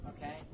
okay